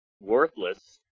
worthless